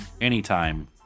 anytime